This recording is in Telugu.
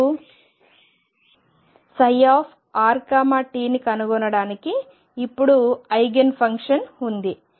ఇప్పుడు ψrtని కనుగొనడానికి ఇప్పుడు ఐగెన్ ఫంక్షన్ ఉంది